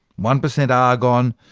one percent argon,